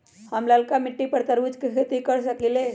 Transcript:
हम लालका मिट्टी पर तरबूज के खेती कर सकीले?